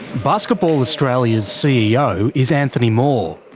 basketball australia's ceo is anthony moore.